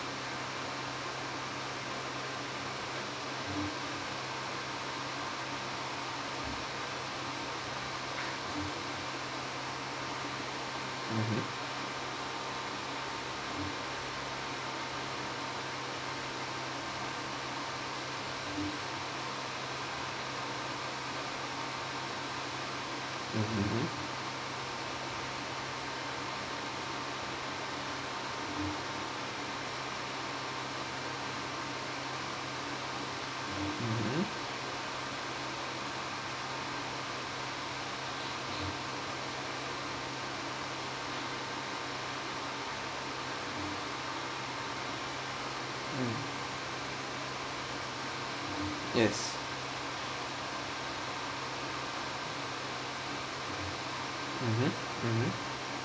mmhmm mm yes mmhmm